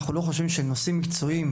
אנחנו לא חושבים שנושאים מקצועיים,